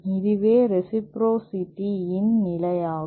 இதுவே ரேசிப்ரோசிடி இன் நிலையாகும்